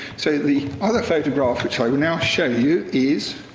so the other photograph, which i will now show you, is.